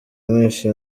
mwese